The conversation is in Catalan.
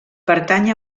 pertany